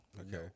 Okay